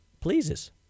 pleases